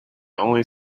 only